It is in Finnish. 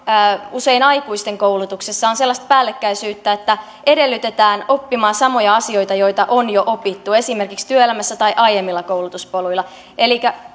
usein aikuisten koulutuksessa on sellaista päällekkäisyyttä että edellytetään oppimaan samoja asioita joita on jo opittu esimerkiksi työelämässä tai aiemmilla koulutuspoluilla elikkä